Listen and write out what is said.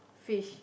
fish